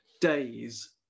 days